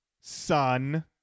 son